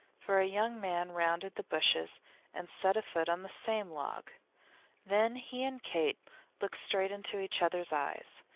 for a young man rounded the bushes and set a foot on the same log then he and kate looked straight into each other's eyes.